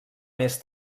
més